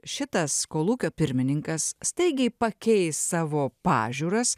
šitas kolūkio pirmininkas staigiai pakeis savo pažiūras